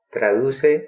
Traduce